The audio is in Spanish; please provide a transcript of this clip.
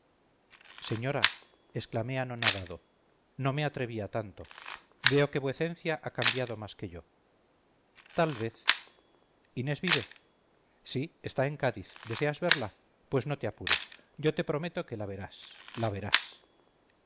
inés señora exclamé anonadado no me atreví a tanto veo que vuecencia ha cambiado más que yo tal vez inés vive sí está en cádiz deseas verla pues no te apures yo te prometo que la verás la verás